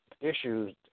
issues